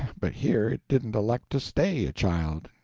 but here it didn't elect to stay a child.